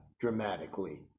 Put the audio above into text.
dramatically